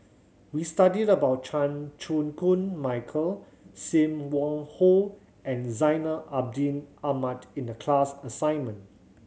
we studied about Chan Chew Koon Michael Sim Wong Hoo and Zainal Abidin Ahmad in the class assignment